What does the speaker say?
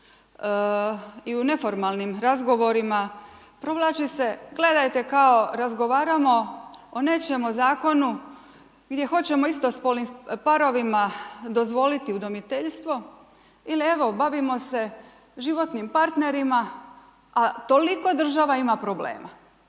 i u neformalnim razgovorima provlači se, gledajte kao razgovaramo o nečem, o Zakonu, gdje hoćemo istospolnim parovima dozvoliti udomiteljstvo, ili evo bavimo se životnim partnerima, a toliko država ima problema.